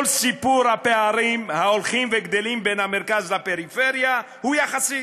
כל סיפור הפערים ההולכים וגדלים בין המרכז לפריפריה הוא יחסי.